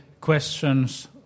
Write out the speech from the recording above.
questions